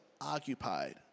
occupied